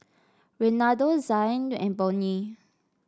Renaldo Zhane and Bonny